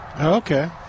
Okay